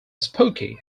spooky